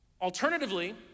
Alternatively